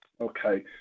okay